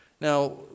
Now